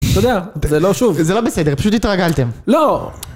תודה. זה לא שוב. זה לא בסדר, פשוט התרגלתם. לא!